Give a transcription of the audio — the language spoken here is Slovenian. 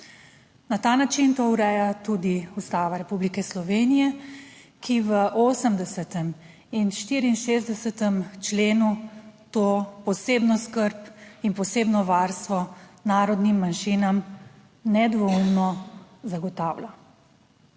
Na ta način to ureja tudi Ustava Republike Slovenije, ki v 80. in 64. členu to posebno skrb in posebno varstvo narodnim manjšinam nedvoumno zagotavlja.